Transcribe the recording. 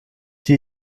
die